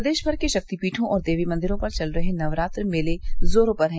प्रदेश भर के शक्तिपीठों और देवी मंदिरों पर चल रहे नवरात्र मेले जोरों पर है